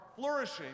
flourishing